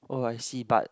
oh I see but